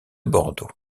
bordeaux